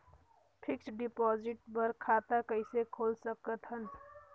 Fixed deposit बर खाता कइसे खोल सकत हन?